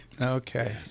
Okay